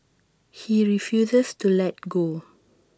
he refuses to let go